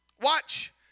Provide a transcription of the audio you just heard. watch